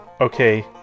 Okay